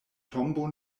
tombo